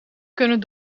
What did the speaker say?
kunnen